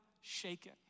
shaken